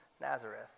Nazareth